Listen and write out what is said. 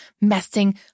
messing